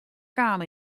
kaam